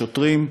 לשוטרים,